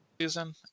season